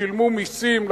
שילמו מסים,